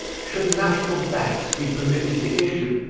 should national banks be permitted to issue,